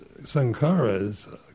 Sankara's